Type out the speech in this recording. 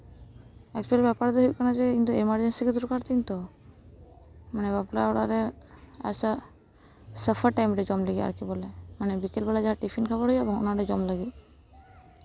actual ᱵᱮᱯᱟᱨ ᱫᱚ ᱦᱩᱭᱩᱜ ᱠᱟᱱᱟ ᱤᱧ ᱫᱚ ᱮᱢᱟᱨᱡᱮᱱᱥᱤ ᱜᱮ ᱫᱚᱨᱠᱟᱨ ᱛᱟᱹᱧ ᱛᱚ ᱢᱟᱱᱮ ᱵᱟᱯᱞᱟ ᱚᱲᱟᱜ ᱨᱮ ᱮᱭᱥᱟ ᱥᱟᱯᱷᱟ ᱴᱟᱭᱤᱢ ᱞᱮ ᱡᱚᱢ ᱞᱟᱹᱜᱤᱫ ᱟᱨᱠᱤ ᱵᱚᱞᱮ ᱢᱟᱱᱮ ᱛᱟᱨᱟᱥᱤᱧ ᱵᱮᱲᱟ ᱡᱟᱦᱟᱸ ᱴᱤᱯᱷᱤᱱ ᱠᱚ ᱮᱢᱟᱞᱮᱭᱟ ᱵᱟᱝ ᱚᱱᱟ ᱞᱮ ᱡᱚᱢ ᱞᱟᱹᱜᱤᱫ